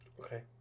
Okay